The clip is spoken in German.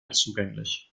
zugänglich